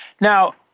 Now